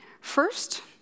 First